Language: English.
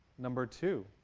number two